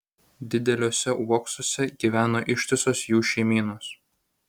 dideliuose uoksuose gyveno ištisos jų šeimynos